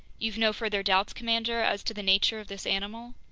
you've no further doubts, commander, as to the nature of this animal?